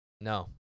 No